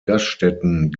gaststätten